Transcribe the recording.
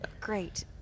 Great